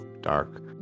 Dark